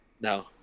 No